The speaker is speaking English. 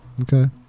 Okay